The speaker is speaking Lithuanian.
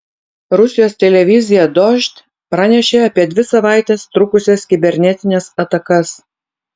rusijos televizija dožd pranešė apie dvi savaites trukusias kibernetines atakas